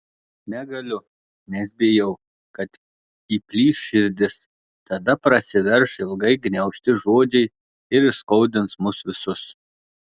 negaliu nes bijau kad įplyš širdis tada prasiverš ilgai gniaužti žodžiai ir įskaudins mus visus